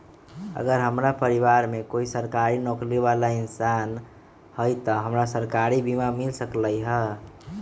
अगर हमरा परिवार में कोई सरकारी नौकरी बाला इंसान हई त हमरा सरकारी बीमा मिल सकलई ह?